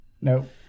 Nope